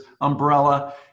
umbrella